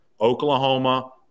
Oklahoma